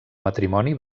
matrimoni